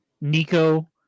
nico